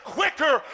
quicker